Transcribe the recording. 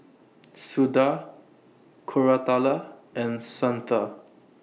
Suda Koratala and Santha